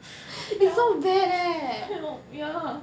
ya help ya